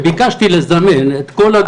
וביקשתי לזמן את כל הגופים שביקשתי לזמן.